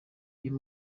uyu